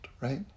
right